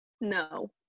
no